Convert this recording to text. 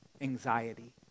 anxiety